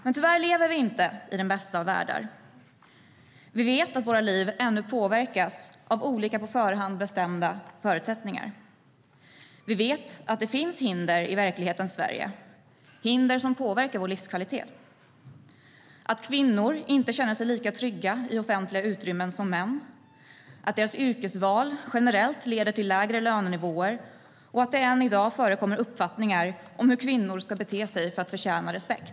Tyvärr lever vi inte i den bästa av världar. Vi vet att våra liv ännu påverkas av olika på förhand bestämda förutsättningar. Vi vet att det finns hinder i verklighetens Sverige, hinder som påverkar vår livskvalitet. Det handlar om att kvinnor inte känner sig lika trygga i offentliga utrymmen som män, att deras yrkesval generellt leder till lägre lönenivåer och att det än i dag förekommer uppfattningar om hur kvinnor ska bete sig för att förtjäna respekt.